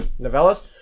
novellas